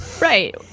Right